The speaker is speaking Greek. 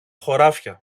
χωράφια